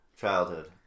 childhood